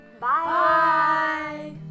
Bye